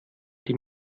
die